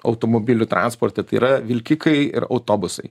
automobilių transporte tai yra vilkikai ir autobusai